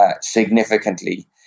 significantly